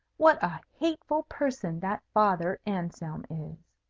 what a hateful person that father anselm is!